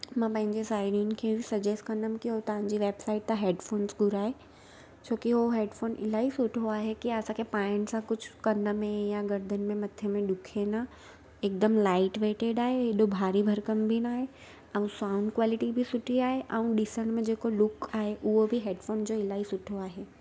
मां पंहिंजे साहेड़ियुनि खे सज़ेस कंदमि की उहो तव्हांजी वेबसाइट था हेडफ़ोन्स घुराए छो की उहो हेडफ़ोन इलाही सुठो आहे की असांखे पाएण सां कुझु कन में या गर्दन में मथे में ॾुखे न हिकदमि लाइट वेटेड आहे हेॾो भारी भरकम बि नाहे ऐं साउंड क्वॉलिटी भी सुठी आहे ऐं ॾिसण में जेको लूक आहे उहो बि हेडफ़ोन जो इलाही सुठो आहे